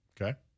Okay